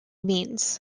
means